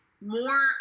more –